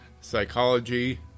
psychology